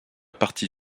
partie